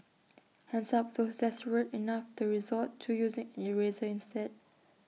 hands up those desperate enough to resort to using an eraser instead